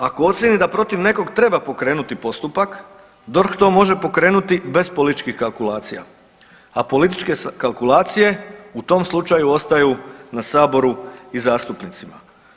Ako ocijeni da protiv nekog treba pokrenuti postupak DORH to može pokrenuti bez političkih kalkulacija, a političke kalkulacije u tom slučaju ostaju na saboru i zastupnicima.